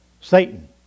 Satan